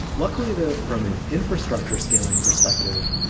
luckily though from an infrastructure scaling perspective,